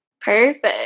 Perfect